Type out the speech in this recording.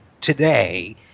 today